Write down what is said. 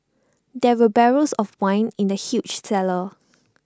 there were barrels of wine in the huge cellar